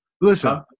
Listen